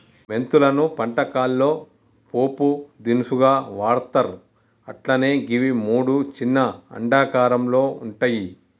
మెంతులను వంటకాల్లో పోపు దినుసుగా వాడ్తర్ అట్లనే గివి మూడు చిన్న అండాకారంలో వుంటయి